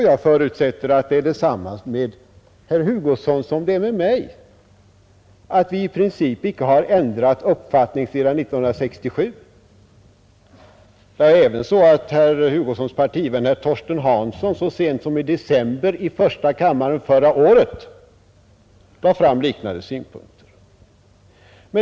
Jag förutsätter att det är detsamma med herr Hugosson som med mig — att vi i princip icke har ändrat uppfattning sedan 1967. Jag vill ävenså erinra om att herr Hugossons partivän herr Torsten Hansson så sent som i december förra året i första kammaren anförde liknande synpunkter.